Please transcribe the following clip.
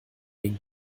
den